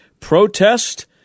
protest